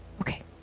Okay